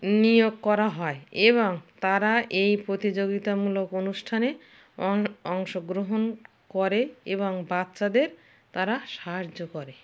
নিয়োগ করা হয় এবং তারা এই প্রতিযোগিতামূলক অনুষ্ঠানে অংশগ্রহণ করে এবং বাচ্চাদের তারা সাহায্য করে